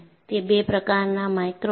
તે બે પ્રકારના માઇક્રોન છે